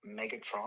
Megatron